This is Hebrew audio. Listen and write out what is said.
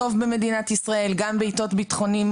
טוב במדינת ישראל, גם בעתות קשות ביטחונית.